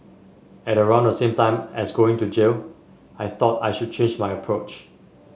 at around the same time as going to jail I thought I should change my approach